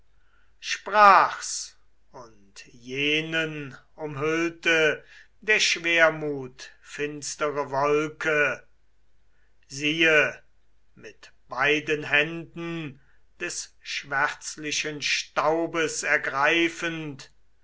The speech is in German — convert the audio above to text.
sprach's und jenen umhüllte der schwermut finstere wolke siehe mit beiden händen des schwärzlichen staubes ergreifend